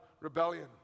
rebellion